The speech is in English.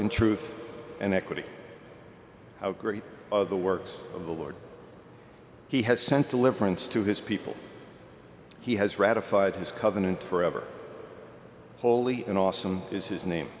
in truth and equity how great the works of the lord he has sent deliverance to his people he has ratified his covenant forever holy and awesome is his name